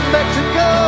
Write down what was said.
Mexico